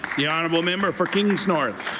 the honourable member for kings north.